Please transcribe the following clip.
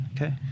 Okay